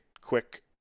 quick